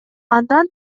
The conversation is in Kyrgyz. андан